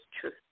truth